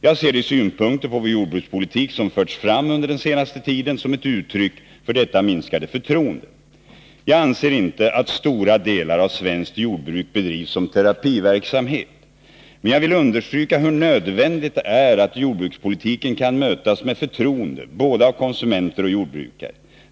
Jag ser de synpunkter på vår jordbrukspolitik som förts fram under den senaste tiden som ett uttryck för detta minskade förtroende. Jag anser inte att stora delar av svenskt jordbruk bedrivs som terapiverksamhet. Men jag vill understryka hur nödvändigt det är att jordbrukspolitiken kan mötas med förtroende både av konsumenter och av jordbrukare.